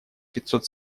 пятьсот